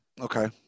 okay